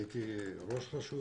אני הייתי ראש רשות,